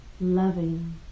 Loving